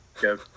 Go